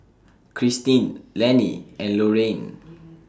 Cristine Lenny and Lorayne